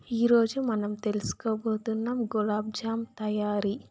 ఈ రోజు మనం తెలుసుకోబోతున్నాం గులాబ్జామ్ తయారీ